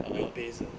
good bass eh